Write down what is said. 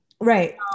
Right